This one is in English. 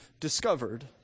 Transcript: discovered